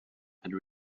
had